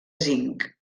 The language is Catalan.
zinc